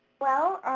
well,